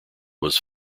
was